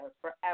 forever